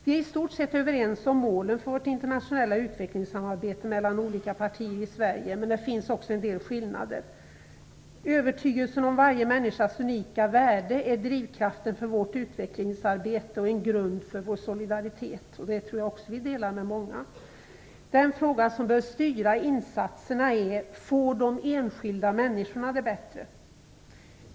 Vi är i stort sett överens om målen för vårt internationella utvecklingssamarbete mellan olika partier i Sverige, men det finns också en del skillnader. Övertygelsen om varje människas unika värde är drivkraften för vårt utvecklingsarbete och en grund för vår solidaritet. Det tror jag också att vi delar med många. Den fråga som bör styra insatserna är: Får de enskilda människorna det bättre?